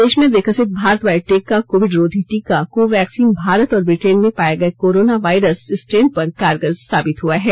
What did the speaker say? देश में विकसित भारत बायोटेक का कोविड रोधी टीका कोवैक्सीन भारत और ब्रिटेन में पाये गये कोरोना वायरस स्ट्रेन पर कारगर साबित हुआ है